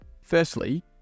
Firstly